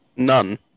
None